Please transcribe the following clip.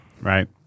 right